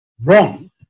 wrong